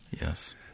Yes